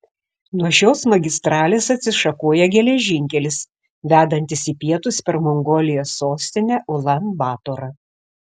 nuo šios magistralės atsišakoja geležinkelis vedantis į pietus per mongolijos sostinę ulan batorą